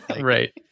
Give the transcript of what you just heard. Right